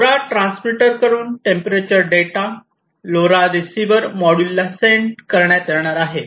LoRa transmitter कडून temperature data LoRa receiver module ला send करण्यात येणार आहे